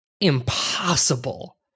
impossible